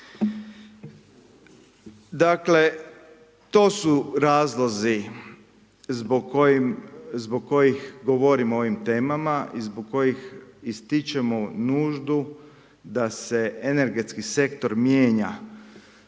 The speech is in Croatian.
Dakle, to su razlozi zbog kojih govorim o ovim temama i zbog kojih ističemo nuždu da se energetski sektor mijenja.